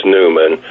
Newman